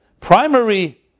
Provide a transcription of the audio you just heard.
primary